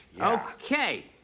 Okay